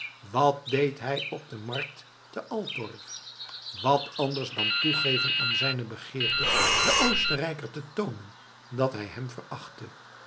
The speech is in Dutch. wat deed hij op de markt te altorf wat anders dan toegeven aan zijne begeerte den oostenrijker te toonen dat hij hem verachtte